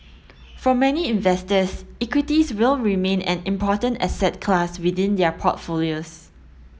for many investors equities will remain an important asset class within their portfolios